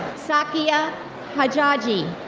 sakeah haggagi.